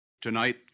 Tonight